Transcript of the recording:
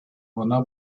вона